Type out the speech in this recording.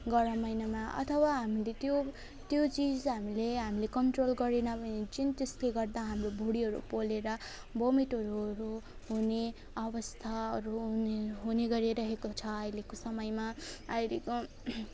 गरम महिनामा अथवा हामीले त्यो त्यो चिज हामीले हामीले कन्ट्रोल गरेन भने चाहिँ त्यसले गर्दा हाम्रो भुँडीहरू पोलेर बोमिटहरू हरू हुने अवस्थाहरू हुने हुने गरिरहेको छ अहिलेको समयमा अहिलेको